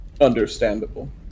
understandable